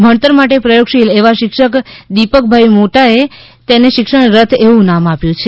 ભણતર માટે પ્રથોગશીલ એવા શિક્ષક દિપકભાઈ મોતાએ તેને શિક્ષણ રથ એવું નામ આપ્યું છે